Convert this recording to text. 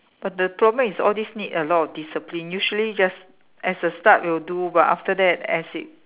but the problem is all these need a lot of discipline usually just as a start you will do but after that as it